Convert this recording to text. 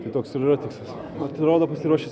tai toks ir yra tikslas atrodo pasiruošęs